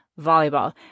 volleyball